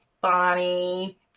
Bonnie